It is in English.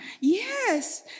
Yes